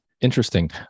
interesting